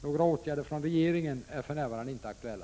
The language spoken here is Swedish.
Några åtgärder från regeringen är för närvarande inte aktuella.